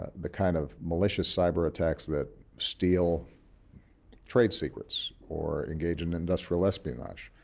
the kind of malicious cyberattacks that steal trade secrets or engage in industrial espionage,